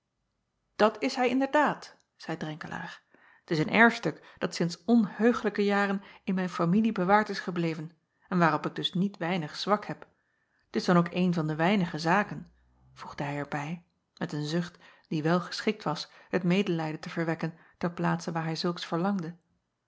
at is hij inderdaad zeî renkelaer t is een erfstuk dat sinds onheugelijke jaren in mijn familie bewaard is gebleven en waarop ik dus niet weinig zwak heb t s dan ook eene van de weinige zaken voegde hij er bij met een zucht die wel geschikt was het medelijden te verwekken ter plaatse waar hij zulks verlangde